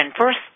First